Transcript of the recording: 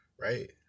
right